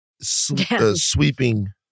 sweeping